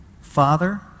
Father